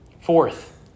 Fourth